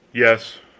yes.